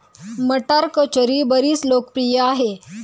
मटार कचोरी बरीच लोकप्रिय आहे